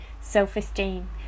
self-esteem